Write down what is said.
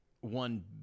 one